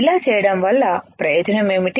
ఇలాచేయడం వల్ల ప్రయోజనం ఏమిటి